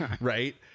right